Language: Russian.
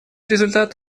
результат